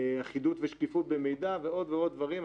אחידות ושקיפות במידע, ועוד ועוד דברים.